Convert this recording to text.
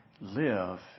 Live